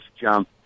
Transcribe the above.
jump